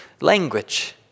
language